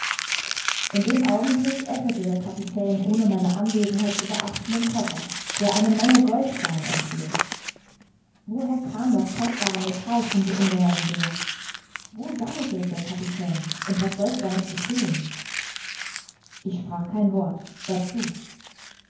in dem augenblick öffnete der kapitän ohne meine anwesenheit zu beachten den koffer der eine menge goldstangen enthielt woher kam das kostbare metall von so ungeheurem werth wo sammelte es der kapitän und was sollte damit geschehen ich sprach kein wort sah zu